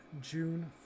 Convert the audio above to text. June